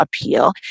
appeal